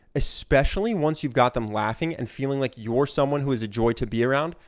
especially once you've got them laughing and feeling like you're someone who is a joy to be around,